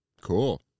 Cool